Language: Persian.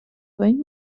کنید